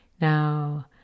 Now